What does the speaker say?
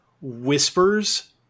Whispers